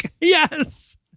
Yes